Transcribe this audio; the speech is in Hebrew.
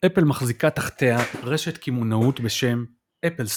אפל מחזיקה תחתיה רשת קמעונאות בשם Apple Store.